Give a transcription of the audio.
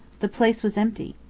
the place was empty.